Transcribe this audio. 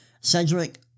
Cedric